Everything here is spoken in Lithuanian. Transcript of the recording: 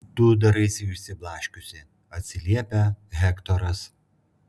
tu daraisi išsiblaškiusi atsiliepia hektoras